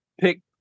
pick